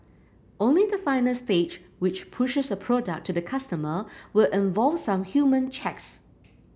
only the final stage which pushes a product to the customer will involve some human checks